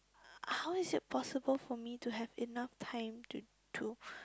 how is it possible for me to have enough time to do